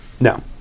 No